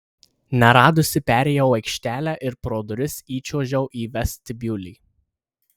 neradusi perėjau aikštelę ir pro duris įčiuožiau į vestibiulį